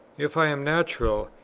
if i am natural,